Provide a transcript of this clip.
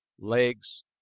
legs